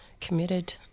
committed